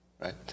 right